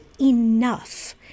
enough